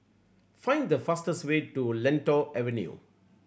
find the fastest way to Lentor Avenue